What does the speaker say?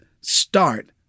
start